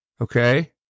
okay